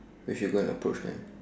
we should go and approach them